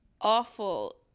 awful